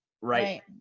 right